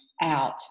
Out